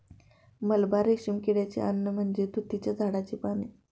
मलबा रेशीम किड्याचे अन्न म्हणजे तुतीच्या झाडाची पाने